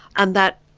and that,